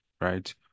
right